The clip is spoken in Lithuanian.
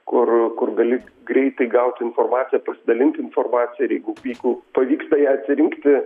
kur kur gali greitai gaut informaciją pasidalint informacija ir jeigu jeigu pavyksta ją atsirinkti